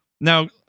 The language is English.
now